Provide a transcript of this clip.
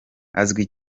azwi